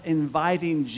inviting